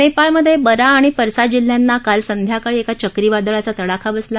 नप्राळमध्यविरा आणि परसा जिल्ह्यांना काल संध्याकाळी एका चक्रीवादळाचा तडाखा बसला